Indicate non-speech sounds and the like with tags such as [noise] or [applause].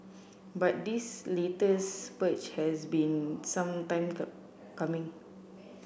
but this latest purge has been some time [unintelligible] coming